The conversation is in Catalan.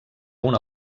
una